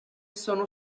sono